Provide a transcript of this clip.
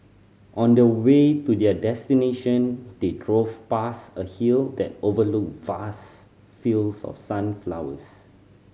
on the way to their destination they drove past a hill that overlooked vast fields of sunflowers